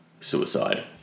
Suicide